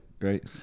right